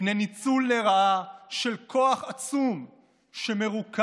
מפני ניצול לרעה של כוח עצום שמרוכז